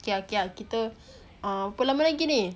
okay okay ah kita berapa lama lagi ni